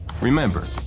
Remember